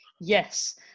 Yes